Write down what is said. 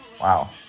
Wow